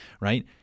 right